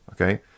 Okay